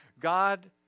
God